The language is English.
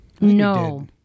No